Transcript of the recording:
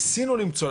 ניסינו למצוא,